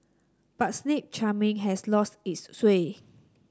but snake charming has lost its sway